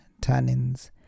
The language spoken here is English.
tannins